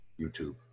YouTube